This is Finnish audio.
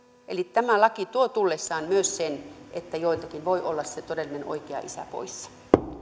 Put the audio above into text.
tämä laki tuo tullessaan myös sen että joiltakin voi olla se todellinen oikea isä pois